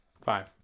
Five